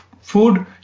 food